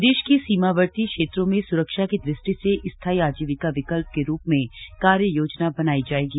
प्रदेश के सीमावर्ती क्षेत्रों में सुरक्षा की दृष्टि से स्थायी आजीविका विकल्प के रूप में कार्य योजना बनाई जायेगी